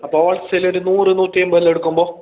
അപ്പോൾ ചിലർ നൂറ് നൂറ്റി അൻപതെല്ലാം എടുക്കുമ്പോൾ